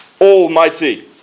almighty